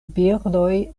birdoj